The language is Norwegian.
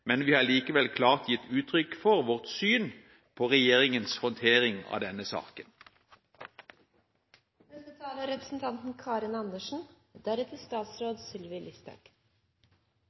men vi har likevel klart gitt uttrykk for vårt syn på regjeringens håndtering av denne